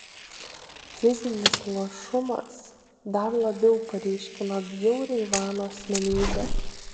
fizinis luošumas dar labiau paryškino bjaurią ivano asmenybę